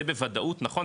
זה בוודאות נכון,